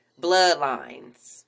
bloodlines